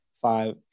five